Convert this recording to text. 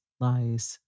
lies